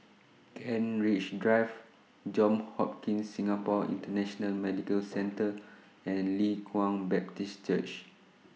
Kent Ridge Drive Johns Hopkins Singapore International Medical Centre and Leng Kwang Baptist Church